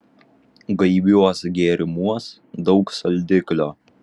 gaiviuos gėrimuos daug saldiklio